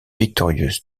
victorieuse